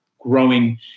growing